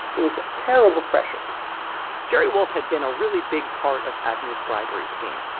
it was terrible pressure jerry wolff had been a really big part of agnew's bribery scheme.